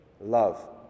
Love